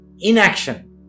inaction